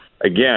Again